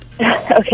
okay